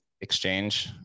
exchange